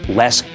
less